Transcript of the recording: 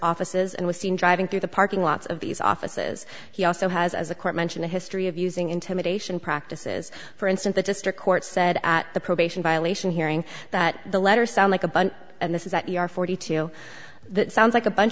offices and was seen driving through the parking lots of these offices he also has as a court mentioned a history of using intimidation practices for instance the district court said the probation violation hearing that the letter sounds like a bunch of this is that you are forty two that sounds like a bunch